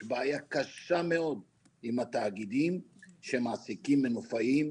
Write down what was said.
יש בעיה קשה מאוד עם התאגידים שמעסיקים מנופאים.